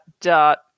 dot